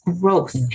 growth